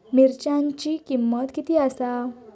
मिरच्यांची किंमत किती आसा?